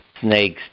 snakes